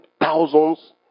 thousands